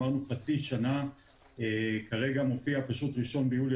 אמרנו חצי שנה וכרגע מופיע 1 ביולי